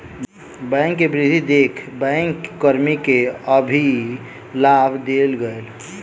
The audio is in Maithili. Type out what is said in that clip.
बैंक के वृद्धि देख बैंक कर्मी के अधिलाभ देल गेल